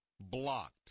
blocked